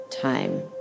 time